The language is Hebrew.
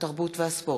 התרבות והספורט.